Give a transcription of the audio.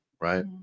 right